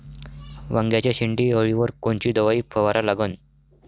वांग्याच्या शेंडी अळीवर कोनची दवाई फवारा लागन?